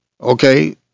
Okay